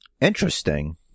Interesting